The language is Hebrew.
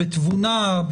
בתבונה,